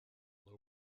low